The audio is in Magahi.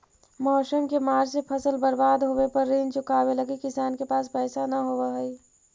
मौसम के मार से फसल बर्बाद होवे पर ऋण चुकावे लगी किसान के पास पइसा न होवऽ हइ